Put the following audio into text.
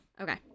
Okay